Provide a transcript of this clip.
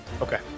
Okay